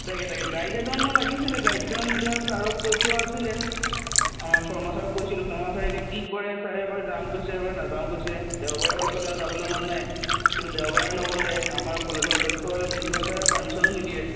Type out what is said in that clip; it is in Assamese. তাকে তাকে গাইড এজনো লাগিছিলে গাইডজন এতিয়া ছাৰক কৈ থোৱা আছিলে আমাৰ শৰ্মা ছাৰক কৈছিলো শৰ্মা ছাৰে এতিয়া কি কৰে ছাৰে এবাৰ যাম কৈছে এবাৰ নাযাওঁ কৈছে দেওবাৰে হ'লে আকৌ তেওঁৰ যাবলৈ মন নাই কিন্তু দেওবাৰে নহ'লে আমাৰ কলেজৰ অধক্ষ প্ৰিঞ্চিপাল ছাৰে পাৰ্মিছনো নিদিয়ে